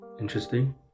interesting